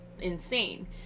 insane